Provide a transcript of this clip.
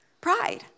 Pride